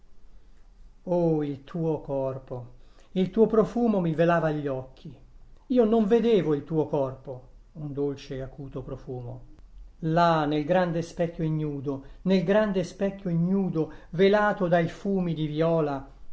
il tuo corpo il tuo profumo mi velava gli occhi io non vedevo il tuo corpo un dolce e acuto profumo là nel grande specchio ignudo nel grande specchio ignudo velato dai fumi di viola